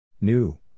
New